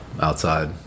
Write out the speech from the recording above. outside